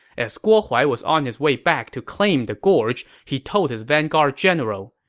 as guo huai was on his way back to claim the gorge, he told his vanguard general,